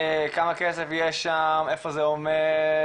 כמה כסף יש שם איפה זה עומד?